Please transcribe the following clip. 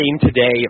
today